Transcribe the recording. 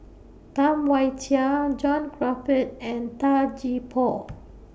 Tam Wai Jia John Crawfurd and Tan Gee Paw